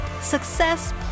Success